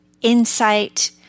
insight